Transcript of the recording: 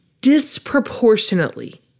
disproportionately